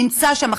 נמצא שם,